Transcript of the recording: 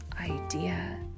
idea